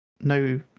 no